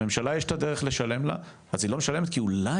לממשלה יש את הדרך לשלם לה והיא לא משלמת כי אולי